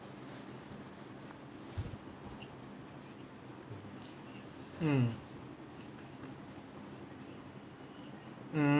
mm mm